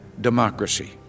democracy